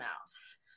Mouse